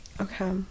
okay